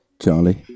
charlie